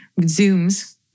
Zooms